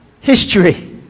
history